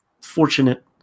fortunate